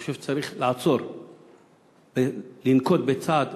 אני חושב שצריך לעצור ולנקוט צעד